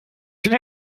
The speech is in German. schon